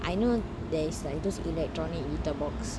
I know there is like those electronic litter box